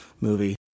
movie